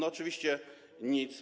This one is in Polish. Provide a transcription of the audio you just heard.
Oczywiście nic.